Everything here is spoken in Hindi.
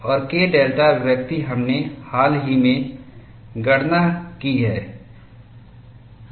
और K डेल्टा अभिव्यक्ति हमने हाल ही में गणना की है